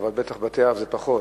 אבל בטח בבתי-אב זה פחות.